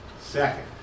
Second